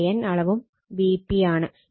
Van അളവും Vp ആണ്